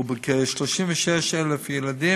ובכ-36,000 ילדים,